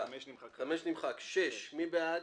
3 נמנעים,